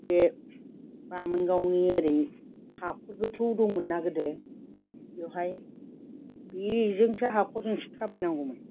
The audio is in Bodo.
बे बामोनगावनि ओरै हाखर गोथौ दंमोनना गोदो बेवहाय बिजोंसो हाखरजोंसो थाबाय नांगौमोन